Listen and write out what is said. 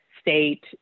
state